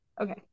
okay